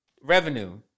revenue